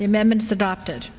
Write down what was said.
the amendments adopted